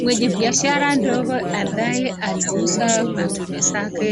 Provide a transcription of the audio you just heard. Mwenye biashara ndogo ambaye anauza matunda zake